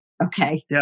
Okay